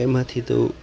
એમાંથી તો